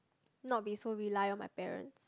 not be so reliant on my parents